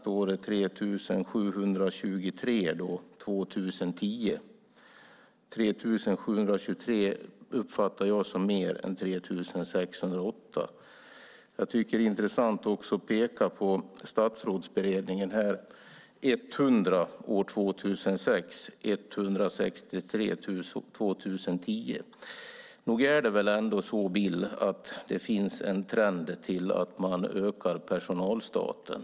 3 723 anges för år 2010. 3 723 uppfattar jag som mer än 3 608. Det är också intressant att här peka på Statsrådsberedningen. Siffran för år 2006 är 100 tjänstgörande, och siffran för år 2010 är 163. Nog är det väl ändå så, Per Bill, att det finns en trend till en ökning av personalstaten?